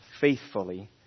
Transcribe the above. faithfully